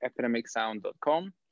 epidemicsound.com